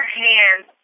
hands